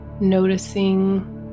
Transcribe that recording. noticing